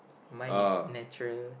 mine is natural